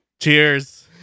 cheers